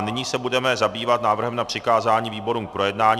Nyní se budeme zabývat návrhem na přikázání výborům k projednání.